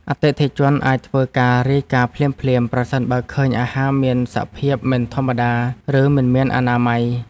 អតិថិជនអាចធ្វើការរាយការណ៍ភ្លាមៗប្រសិនបើឃើញអាហារមានសភាពមិនធម្មតា ឬមិនមានអនាម័យ។